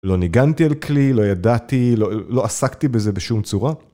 לא ניגנתי על כלי, לא ידעתי, לא עסקתי בזה בשום צורה.